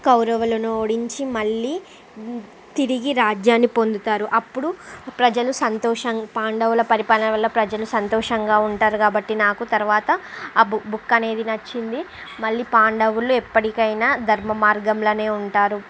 కౌరవులను ఓడించి మళ్ళీ తిరిగి రాజ్యాన్ని పొందుతారు అప్పుడు ప్రజలు సంతోషంగా పాండవుల పరిపాలన వల్ల ప్రజలు సంతోషంగా ఉంటారు కాబట్టి నాకు తరువాత ఆ బుక్ అనేది నచ్చింది మళ్ళీ పాండవులు ఎప్పటికైనా ధర్మ మార్గంలోనే ఉంటారు